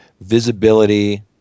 visibility